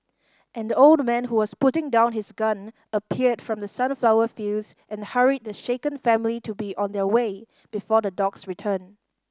an old man who was putting down his gun appeared from the sunflower fields and hurried the shaken family to be on their way before the dogs return